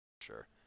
Sure